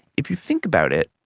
if you think about it,